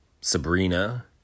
Sabrina